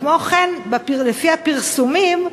כמו כן, לפי הפרסומים,